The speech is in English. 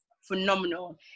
phenomenal